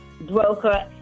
broker